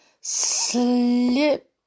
Slip